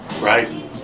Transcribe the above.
right